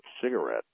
cigarette